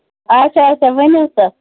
اَچھا اَچھا ؤنِو سا